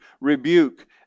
rebuke